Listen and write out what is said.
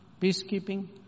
peacekeeping